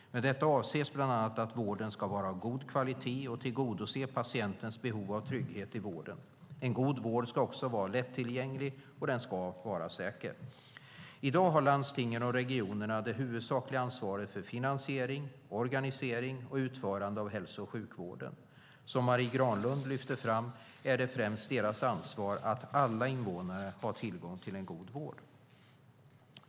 Med detta avses bland annat att vården ska vara av god kvalitet och tillgodose patientens behov av trygghet i vården. En god vård ska också vara lättillgänglig, och den ska vara säker. I dag har landstingen och regionerna det huvudsakliga ansvaret för finansiering, organisering och utförande av hälso och sjukvården. Som Marie Granlund lyfter fram är det främst deras ansvar att alla invånare har tillgång till en god vård.